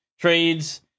trades